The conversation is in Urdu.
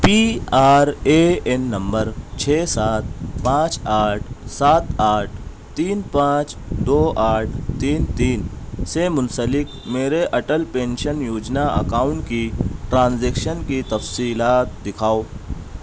پی آر اے این نمبر چھ سات پانچ آٹھ سات آٹھ تین پانچ دو آٹھ تین تین سے منسلک میرے اٹل پینشن یوجنا اکاؤنٹ کی ٹرانزیکشن کی تفصیلات دکھاؤ